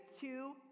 two